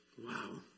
Wow